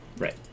Right